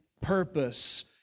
purpose